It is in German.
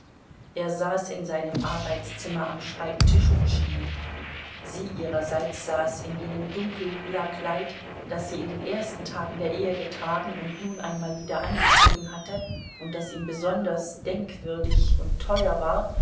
er saß in seinem arbeitszimmer am schreibtisch und schrieb sie ihrerseits saß in jenem dunkellila kleid das sie in den ersten tagen der ehe getragen und nun einmal wieder angezogen hatte und das ihm besonders denkwürdig und teuer war